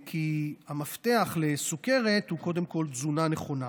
כי המפתח לסוכרת הוא קודם כול תזונה נכונה.